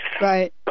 Right